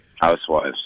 Housewives